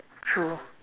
true